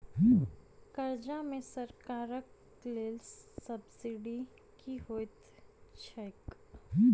कर्जा मे सरकारक देल सब्सिडी की होइत छैक?